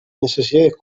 necesidades